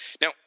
Now